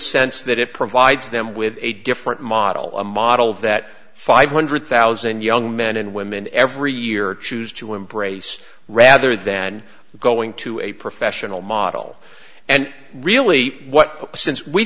sense that it provides them with a different model a model that five hundred thousand young men and women every year choose to embrace rather than going to a professional model and really what since we